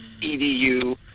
edu